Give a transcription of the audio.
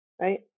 right